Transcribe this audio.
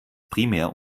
primär